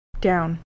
Down